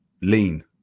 lean